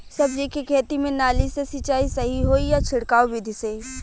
सब्जी के खेती में नाली से सिचाई सही होई या छिड़काव बिधि से?